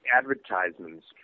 advertisements